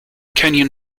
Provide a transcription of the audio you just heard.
kenyon